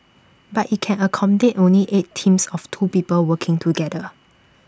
but IT can accommodate only eight teams of two people working together